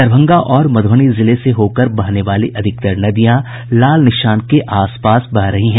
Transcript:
दरभंगा और मध्रबनी जिले से होकर बहने वाली अधिकांश नदियां खतरे के निशान के आस पास बह रही हैं